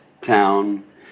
town